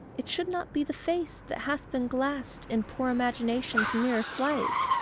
it should not be the face that hath been glassed in poor imagination's mirror slight!